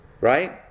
right